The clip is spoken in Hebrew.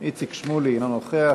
איציק שמולי, אינו נוכח.